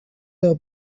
edo